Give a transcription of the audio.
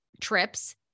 trips